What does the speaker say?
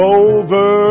over